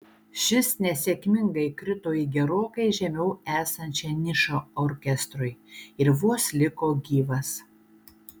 šis nesėkmingai krito į gerokai žemiau esančią nišą orkestrui ir vos liko gyvas